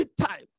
time